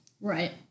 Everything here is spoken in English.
Right